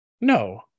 no